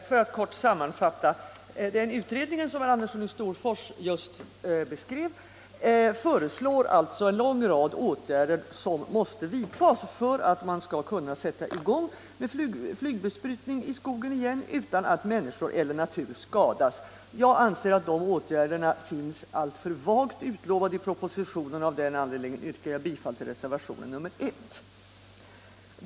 Herr talman! Den utredning, som herr Andersson i Storfors beskrev, föreslår en rad åtgärder som måste vidtas för att man skall kunna sätta i gång med flygbesprutning av skogen igen utan att människor eller natur skadas. Jag anser att de åtgärderna är alltför vagt utlovade i propositionen, och av den anledningen yrkar jag bifall till reservationen 1.